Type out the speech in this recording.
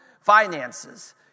finances